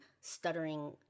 stuttering